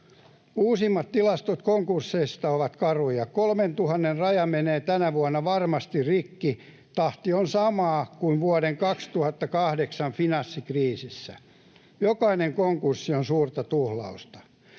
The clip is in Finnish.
Uusimmat tilastot konkursseista ovat karuja. Kolmentuhannen raja menee tänä vuonna varmasti rikki. Tahti on sama kuin vuoden 2008 finanssikriisissä. Jokainen konkurssi on suurta tuhlausta.